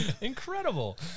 Incredible